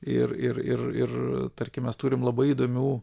ir ir ir ir tarkim mes turim labai įdomių